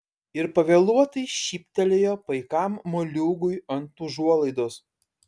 ir pavėluotai šyptelėjo paikam moliūgui ant užuolaidos